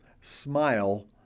smile